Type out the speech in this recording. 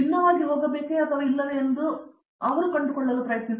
ಅರಂದಾಮ ಸಿಂಗ್ ಭಿನ್ನವಾಗಿ ಹೋಗಬೇಕೇ ಅಥವಾ ಇಲ್ಲವೇ ಎಂದು ಅವರು ಕಂಡುಕೊಳ್ಳಲು ಪ್ರಯತ್ನಿಸಬೇಕು